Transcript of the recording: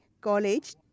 college